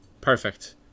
perfect